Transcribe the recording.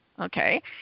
Okay